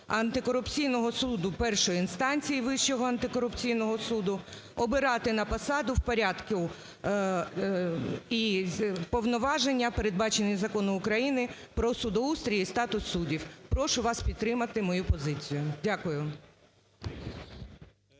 антикорупційного суду першої інстанції Вищого антикорупційного суду обирати на посаду в порядку… і повноваження, передбачені Законом України "Про судоустрій і статус суддів". Прошу вас підтримати мою позицію. Дякую.